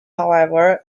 however